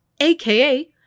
aka